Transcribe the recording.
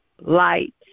light